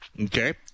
okay